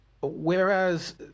Whereas